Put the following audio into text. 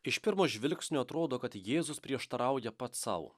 iš pirmo žvilgsnio atrodo kad jėzus prieštarauja pats sau